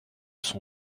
son